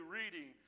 reading